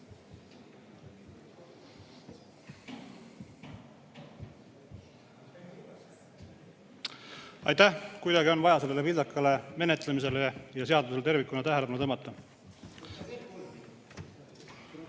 Aitäh! Kuidagi on vaja sellele vildakale menetlemisele ja seadusele tervikuna tähelepanu tõmmata.